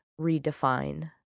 redefine